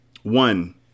One